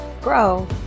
Grow